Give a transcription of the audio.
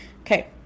Okay